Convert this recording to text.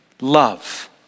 love